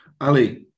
Ali